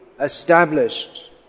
Established